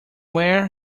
where